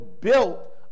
built